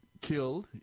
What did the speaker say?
killed